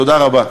תודה רבה.